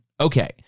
Okay